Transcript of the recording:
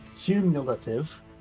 cumulative